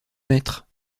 maître